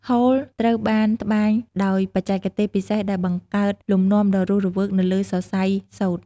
ហូល ត្រូវបានត្បាញដោយបច្ចេកទេសពិសេសដែលបង្កើតលំនាំដ៏រស់រវើកនៅលើសរសៃសូត្រ។